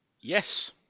Yes